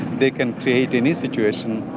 they can create any situation.